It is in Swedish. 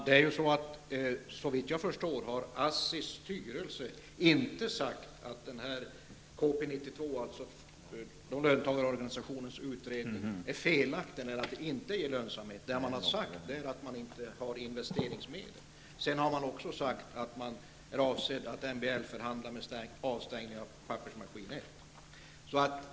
Herr talman! Såvitt jag förstår har ASSIs styrelse inte sagt att KP 92, löntagarorganisationens utredning, är felaktig eller att projektet inte är lönsamt. Det man har sagt är att man inte har investeringsmedel. Sedan har ASSI också sagt att man avser att MBL-förhandla om avstängning av pappersmaskinen PM 1.